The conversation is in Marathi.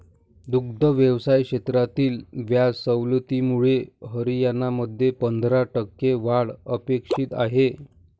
दुग्ध व्यवसाय क्षेत्रातील व्याज सवलतीमुळे हरियाणामध्ये पंधरा टक्के वाढ अपेक्षित आहे